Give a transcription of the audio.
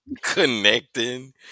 Connecting